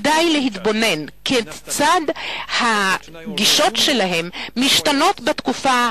כדאי להתבונן ולראות כיצד הגישות שלהם משתנות בתקופה